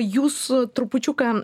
jūs trupučiuką